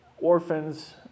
orphans